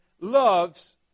loves